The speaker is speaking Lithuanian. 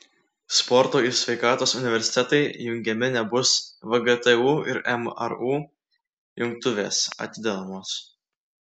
sporto ir sveikatos universitetai jungiami nebus vgtu ir mru jungtuvės atidedamos